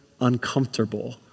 uncomfortable